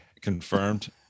Confirmed